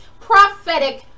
prophetic